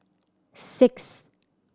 sixth